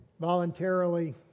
voluntarily